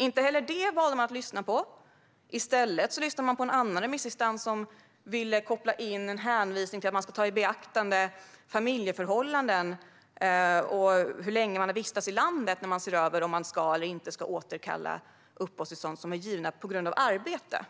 Inte heller det valde man att lyssna på. I stället lyssnade man på en annan remissinstans som ville koppla in en hänvisning till att man ska ta familjeförhållanden och vistelsetiden i landet i beaktande när man ser över om man ska eller inte ska återkalla uppehållstillstånd som är givna på grund av arbete.